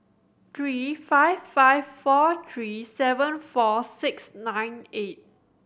three five five four three seven four six nine eight